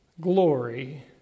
glory